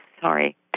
sorry